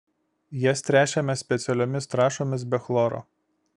jas tręšiame specialiomis trąšomis be chloro